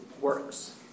works